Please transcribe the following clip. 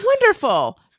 Wonderful